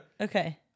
Okay